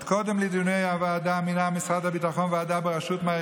עוד קודם לדיוני הוועדה מינה משרד הביטחון ועדה בראשות מר